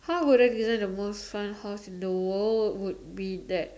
how would I design the most fun house in the world would be that